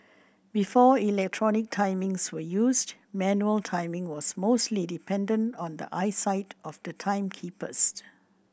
before electronic timings were used manual timing was mostly dependent on the eyesight of the timekeepers